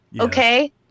Okay